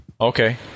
Okay